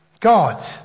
God